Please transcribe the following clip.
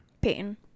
Peyton